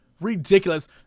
ridiculous